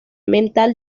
mental